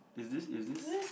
is this is this